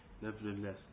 nevertheless